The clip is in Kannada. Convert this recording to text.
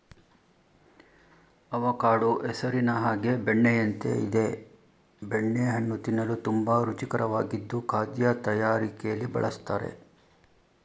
ಅವಕಾಡೊ ಹೆಸರಿನ ಹಾಗೆ ಬೆಣ್ಣೆಯಂತೆ ಇದೆ ಬೆಣ್ಣೆ ಹಣ್ಣು ತಿನ್ನಲು ತುಂಬಾ ರುಚಿಕರವಾಗಿದ್ದು ಖಾದ್ಯ ತಯಾರಿಕೆಲಿ ಬಳುಸ್ತರೆ